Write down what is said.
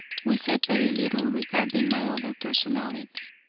we said very little regarding my other personality.